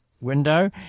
window